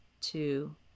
two